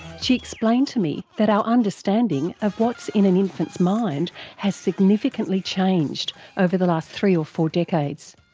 she explained to me that our understanding of what's in an infant's mind has significantly changed over the last three or four decades.